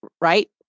right